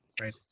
right